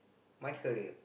my career